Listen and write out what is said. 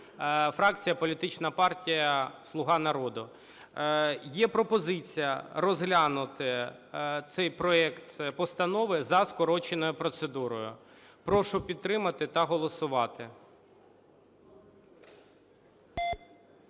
фракція політична партія "Слуга народу". Є пропозиція розглянути цей проект постанови за скороченою процедурою. Прошу підтримати та голосувати.